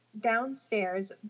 downstairs